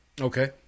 Okay